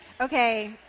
Okay